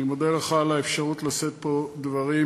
אני מודה לך על האפשרות לשאת פה דברים,